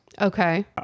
Okay